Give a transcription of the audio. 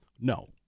No